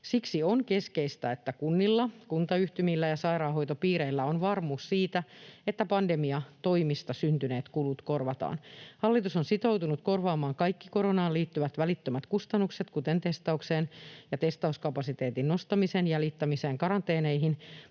Siksi on keskeistä, että kunnilla, kuntayhtymillä ja sairaanhoitopiireillä on varmuus siitä, että pandemiatoimista syntyneet kulut korvataan. Hallitus on sitoutunut korvaamaan kaikki koronaan liittyvät välittömät kustannukset, kuten testaukseen ja testauskapasiteetin nostamiseen ja liittämiseen karanteeneihin,